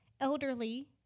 elderly